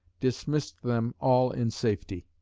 dismissed them all in safety.